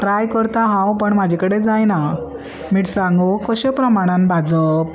try करता हांव पूण म्हजे कडेन जायना मिरसांगो कशे प्रमाणान भाजप